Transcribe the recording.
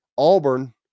Auburn